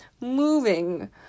moving